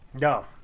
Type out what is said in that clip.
No